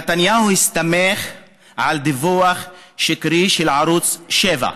נתניהו הסתמך על דיווח שקרי של ערוץ 7,